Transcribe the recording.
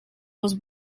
was